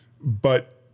but-